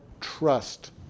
trust